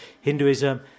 Hinduism